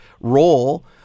role